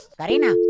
Karina